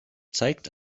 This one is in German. zeigt